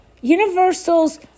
Universal's